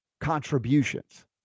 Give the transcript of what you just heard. contributions